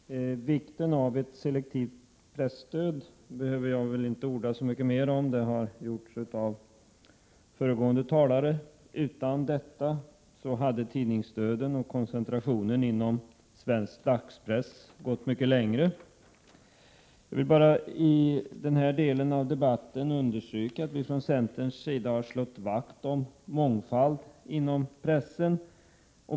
Herr talman! Vikten av ett selektivt presstöd behöver jag inte orda så mycket mer om — det har gjorts av föregående talare. Utan detta hade tidningsdöden och koncentrationen inom svensk dagspress gått mycket längre. Jag vill bara i denna del av debatten understryka att vi från centerns sida har slagit vakt om mångfald inom pressen.